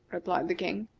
replied the king.